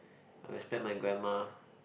I respect my grandma